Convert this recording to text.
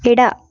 ಎಡ